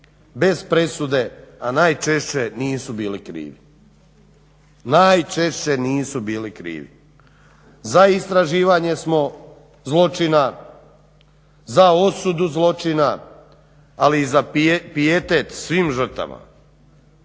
bez presude, a najčešće nisu bili krivi, najčešće nisu bili krivi. Za istraživanje smo zločina, za osudu zločina, ali i za pijetet svim žrtvama.